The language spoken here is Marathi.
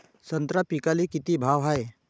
संत्रा पिकाले किती भाव हाये?